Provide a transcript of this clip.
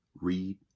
read